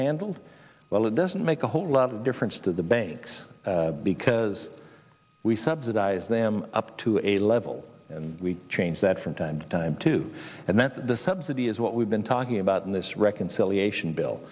handled well it doesn't make a whole lot of difference to the banks because we subsidize them up to a level and we change that from time to time too and that's the subsidy is what we've been talking about in this reconciliation bill